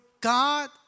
God